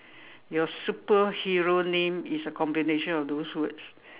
your superhero name is a combination of those words